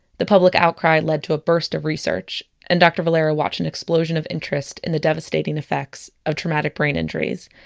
the public outcry led to a burst of research and dr. valera watched an explosion of interest in the devastating effects of traumatic brain injuries,